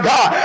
God